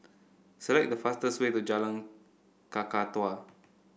select the fastest way to Jalan Kakatua